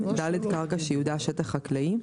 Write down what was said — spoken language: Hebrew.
(ד)קרקע שייעודה שטח חקלאי.